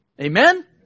Amen